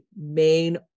main